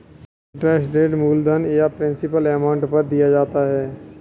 interest rate मूलधन या principal amount पर दिया जाता है